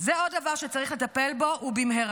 זה עוד דבר שצריך לטפל בו ובמהרה.